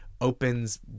opens